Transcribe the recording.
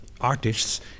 artists